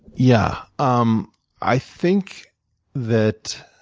yeah. um i think that